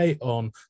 on